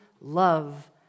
love